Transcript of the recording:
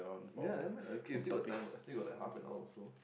ya nevermind lah okay we still got time [what] still got like half an hour or so